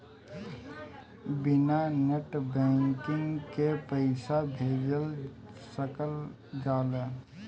बिना net banking के पईसा भेज सकल जाला?